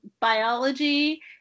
biology